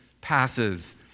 passes